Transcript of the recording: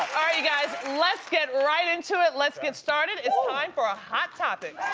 all right, you guys, let's get right into it. let's get started, it's time for ah hot topics.